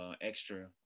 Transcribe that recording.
extra